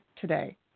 today